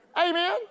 amen